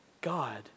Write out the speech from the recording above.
God